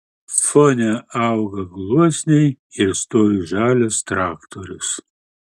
fone auga gluosniai ir stovi žalias traktorius